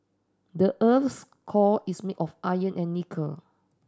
the earth core is made of iron and nickel